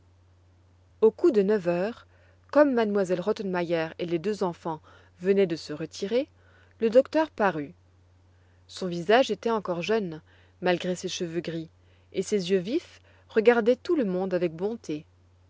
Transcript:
au coup de neuf heures comme m elle rottenmeier et les deux enfants venaient de se retirer le docteur parut son visage était encore jeune malgré ses cheveux gris et ses yeux vifs regardaient tout le monde avec bonté